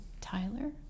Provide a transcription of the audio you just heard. Tyler